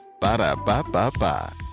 Ba-da-ba-ba-ba